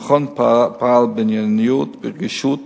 המכון פעל בענייניות וברגישות.